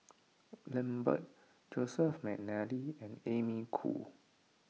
Lambert Joseph McNally and Amy Khor